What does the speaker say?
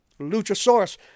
Luchasaurus